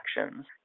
actions